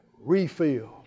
refilled